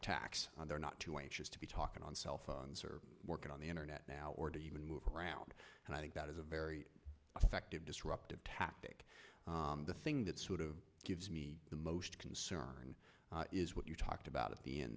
attacks they're not too anxious to be talking on cell phones or working on the internet now or to even move around and i think that is a very effective disruptive tactic the thing that sort of gives me the most concern is what you talked about at